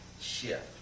shift